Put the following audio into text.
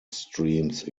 streams